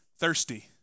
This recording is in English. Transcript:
thirsty